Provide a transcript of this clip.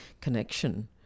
connection